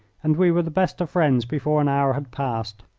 and we were the best of friends before an hour had passed.